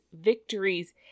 victories—